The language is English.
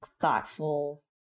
thoughtful